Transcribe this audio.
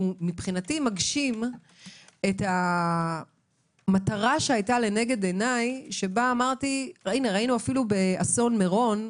מבחינתי מגשים את המטרה שהיתה לנגד עיניי שבה אמרתי: ראינו באסון מירון,